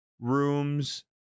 rooms